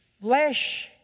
flesh